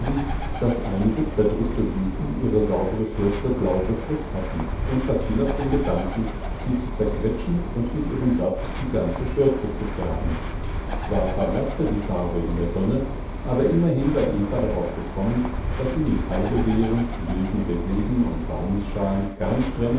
daß einige zerdrückte blüten ihre saubere schürze blau befleckt hatten und verfiel auf den gedanken sie zu zerquetschen und mit ihrem saft die ganze schürze zu färben zwar verblaßte die farbe in der sonne aber immerhin war eva daraufgekommen daß sie mit heidelbeeren wilden reseden und walnußschalen